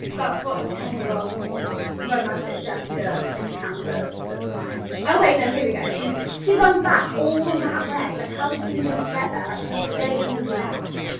that's what a ten year old's romantic gesture encounter looks like. oh, wait, no, here we go. she she runs back all that way, like how does she even get there? like her plane has left.